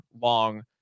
long